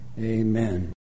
Amen